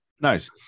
Nice